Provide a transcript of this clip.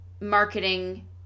marketing